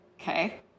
Okay